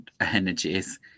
energies